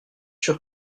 sûr